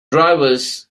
drivers